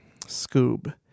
Scoob